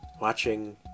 watching